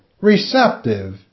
receptive